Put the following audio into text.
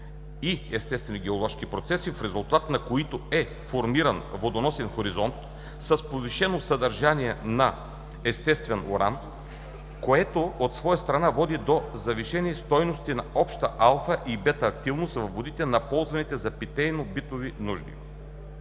за естествени геоложки процеси, в резултат на които е формиран водоносен хоризонт с повишено съдържание на естествен уран, което от своя страна води до завишени стойности на обща алфа и бета активност във водите на ползваните за питейно-битови нужди.